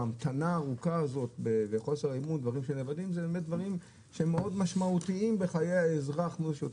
שיש המתנה ארוכה מאוד משמעותיות לחיי האזרח.